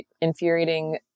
infuriating